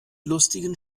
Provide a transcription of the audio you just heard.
lustigen